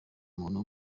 umuntu